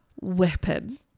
weapon